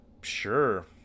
sure